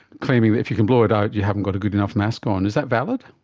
claiming that if you can blow it out you haven't got a good enough mask on. is that valid?